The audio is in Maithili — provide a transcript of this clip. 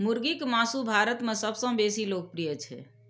मुर्गीक मासु भारत मे सबसं बेसी लोकप्रिय छै